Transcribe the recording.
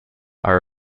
are